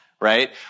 Right